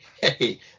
hey